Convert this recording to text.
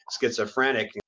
schizophrenic